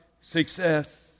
success